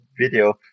video